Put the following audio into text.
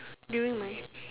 during my